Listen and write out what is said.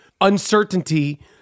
uncertainty